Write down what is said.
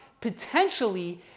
potentially